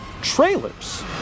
trailers